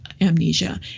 amnesia